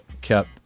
kept –